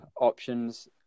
options